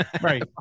right